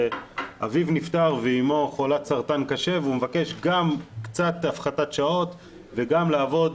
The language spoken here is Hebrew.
אביו נפטר ואמו חולת סרטן קשה והוא מבקש גם קצת הפחתת שעות וגם לעבוד